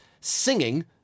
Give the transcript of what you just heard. singing